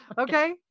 Okay